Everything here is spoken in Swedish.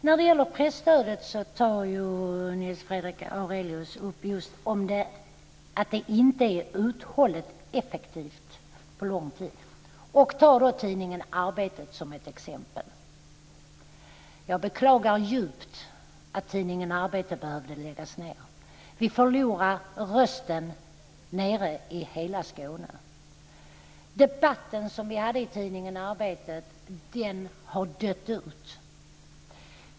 Fru talman! När det gäller presstödet tar Nils Fredrik Aurelius upp att det inte är uthålligt effektivt på lång sikt. Han tar tidningen Arbetet som ett exempel. Jag beklagar djupt att tidningen Arbetet behövde läggas ned. Vi förlorade en röst i hela Skåne. Debatten vi hade i tidningen Arbetet har dött ut.